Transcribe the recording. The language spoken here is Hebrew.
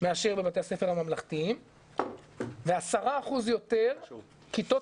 מאשר בבתי הספר הממלכתיים ו-10% יותר כיתות